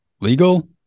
legal